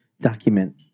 document